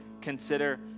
consider